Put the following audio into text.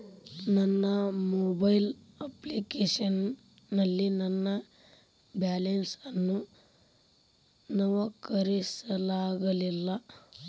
ನನ್ನ mobile application ನಲ್ಲಿ ನನ್ನ ಬ್ಯಾಲೆನ್ಸ್ ಅನ್ನು ನವೀಕರಿಸಲಾಗಿಲ್ಲ